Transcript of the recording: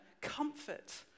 comfort